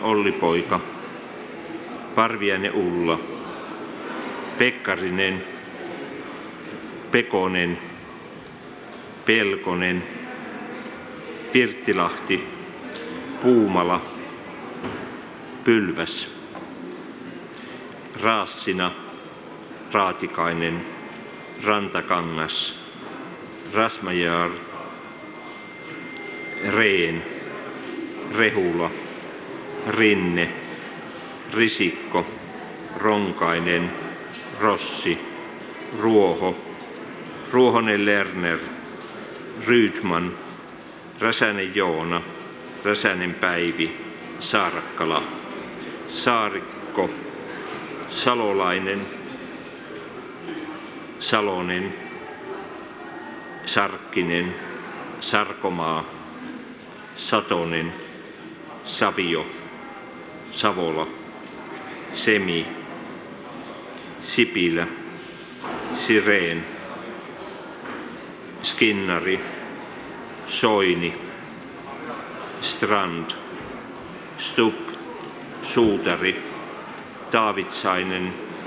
jag ber följande riksdagsledamöter biträda vid valet